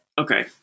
okay